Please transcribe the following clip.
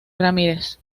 ramírez